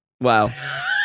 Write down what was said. Wow